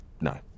No